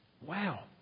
Wow